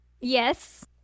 Yes